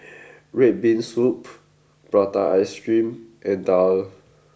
Red Bean Soup Prata Ice Cream and Daal